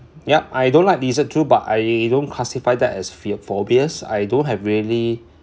yup I don't like lizard too but I don't classify that as fear phobias I don't have really